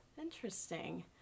interesting